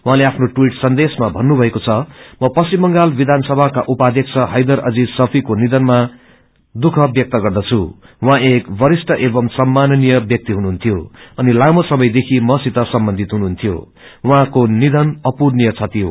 उहाँले आफ्नो टवीट सन्देश्रमा भन्नुभएको छ म पश्चिम बंगाल वियानसभाका उपायक्ष हैदर अजीज सफवीको निषनमा गहिरो दुख व्यक्त गर्दछ् उहाँ एक वरिष्ठ एवम् सम्मानीय व्याक्तिहनुहन्य्यो अनि लामो समय देखि मसित सम्बन्धित हुनुन्थ्यो उहाँको नियन अर्पूरणीय क्षति हो